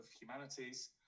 humanities